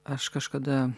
aš kažkada